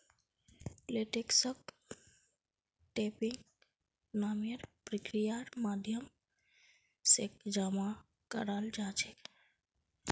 लेटेक्सक टैपिंग नामेर प्रक्रियार माध्यम से जमा कराल जा छे